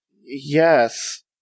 Yes